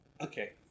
Okay